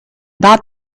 that